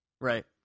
Right